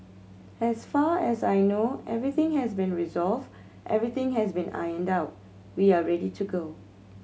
as far as I know everything has been resolved everything has been ironed out we are ready to go